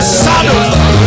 saddle